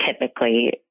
typically